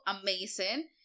Amazing